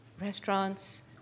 restaurants